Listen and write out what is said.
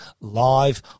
live